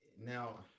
Now